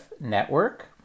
Network